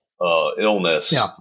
illness